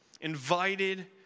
invited